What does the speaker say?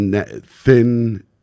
thin